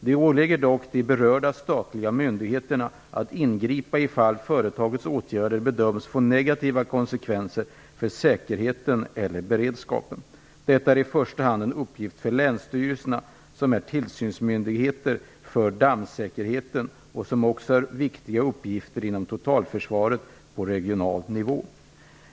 Det åligger dock de berörda statliga myndigheterna att ingripa ifall företagets åtgärder bedöms få negativa konsekvenser för säkerheten eller beredskapen. Detta är i första hand en uppgift för länsstyrelserna, som är tillsynsmyndigheter för dammsäkerheten och som också har viktiga uppgifter inom totalförsvaret på regional nivå.